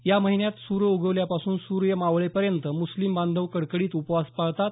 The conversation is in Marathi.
या महिन्यात सूर्य उगवल्यापासून सूर्य मावळेपर्यंत मुस्लिम बांधव कडकडित उपवास पाळतात